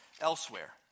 elsewhere